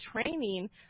training